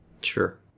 Sure